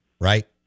right